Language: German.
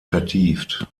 vertieft